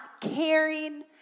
caring